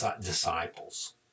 disciples